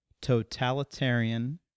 totalitarian